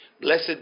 Blessed